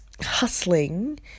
hustling